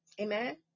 Amen